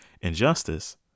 injustice